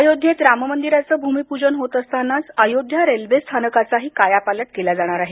अयोध्येत राम मंदिराचं भूमिपूजन होत असतानाच अयोध्या रेल्वे स्थानकाचाही कायापालट केला जाणार आहे